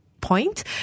point